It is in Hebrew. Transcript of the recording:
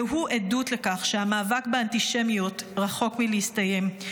והוא עדות לכך שהמאבק באנטישמיות רחוק מלהסתיים.